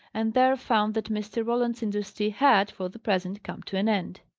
and there found that mr. roland's industry had, for the present, come to an end.